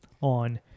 on